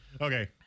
Okay